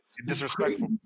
Disrespectful